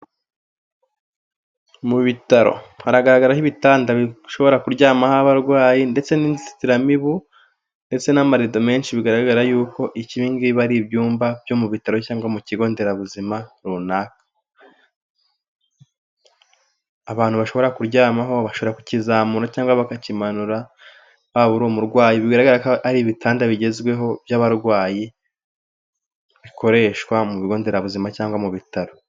Mu bitaro haragaragaraho ibitanda bishobora kuryamaho abarwayi ndetse n'inzitiramibu ndetse n'amarido menshi bigaragara yuko ibi ngibi ari ibyumba byo mubitaro cyangwa mu kigo nderabuzima runaka. Abantu bashobora kuryamaho, bashobora kukizamura cyangwa bakakimanura, waba uri umurwayi, bigaragara ko ari ibitanda bigezweho by'abarwayi bikoreshwa mu bigo nderabuzima cyangwa mu bitaro.